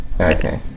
Okay